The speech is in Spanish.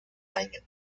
año